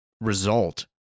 result